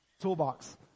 Toolbox